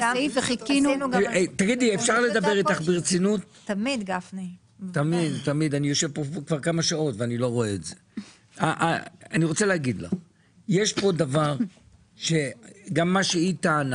יש טענות נכונות גם היא טענה